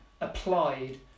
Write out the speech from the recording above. applied